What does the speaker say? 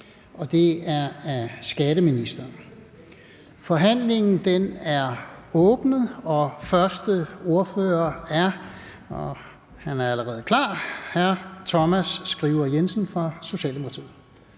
(Lars-Christian Brask): Forhandlingen er åbnet. Første ordfører er, og han er allerede klar, hr. Thomas Skriver Jensen fra Socialdemokratiet.